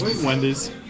Wendy's